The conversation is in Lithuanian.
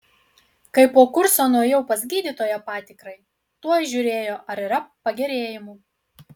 kai po kurso nuėjau pas gydytoją patikrai tuoj žiūrėjo ar yra pagerėjimų